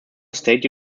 state